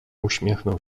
uśmiechnął